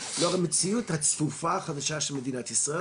לאור המציאות הצפופה החדשה של מדינת ישראל,